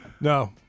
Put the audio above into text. No